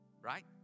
Right